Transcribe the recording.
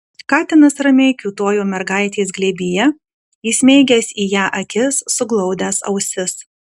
katinas ramiai kiūtojo mergaitės glėbyje įsmeigęs į ją akis suglaudęs ausis